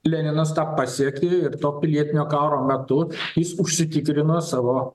leninas tą pasiekė ir to pilietinio karo metu jis užsitikrino savo